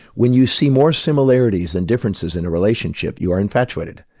when you see more similarities than differences in a relationship, you are infatuated.